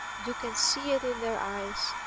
you can see it in their eyes,